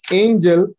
angel